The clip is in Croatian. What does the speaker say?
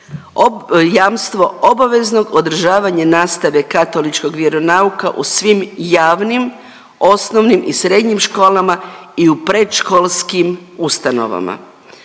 jamstvo obaveznog održavanja nastave katoličkog vjeronauka u svim javnim osnovnim i srednjim školama i u predškolskim ustanovama,